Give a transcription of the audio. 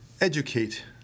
educate